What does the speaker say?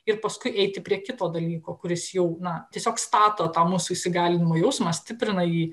ir paskui eiti prie kito dalyko kuris jau na tiesiog stato tą mūsų įsigalimo jausmą stiprina jį